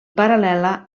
paral·lela